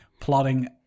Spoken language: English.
plotting